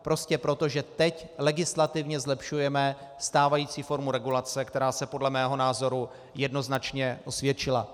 Prostě proto, že teď legislativně zlepšujeme stávající formu regulace, která se podle mého názoru jednoznačně osvědčila.